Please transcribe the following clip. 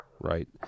right